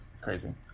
Crazy